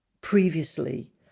previously